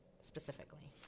specifically